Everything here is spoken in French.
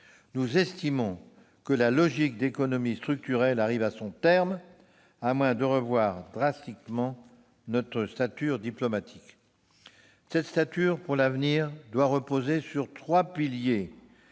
nous estimons que la logique d'économies structurelles arrive à son terme, à moins de revoir drastiquement notre stature diplomatique. Cette stature, pour l'avenir, doit reposer sur trois piliers